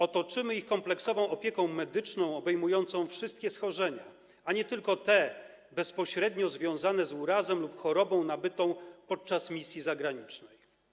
Otoczymy ich kompleksową opieką medyczną obejmującą wszystkie schorzenia, a nie tylko te bezpośrednio związane z urazem lub chorobą nabytą podczas misji zagranicznej.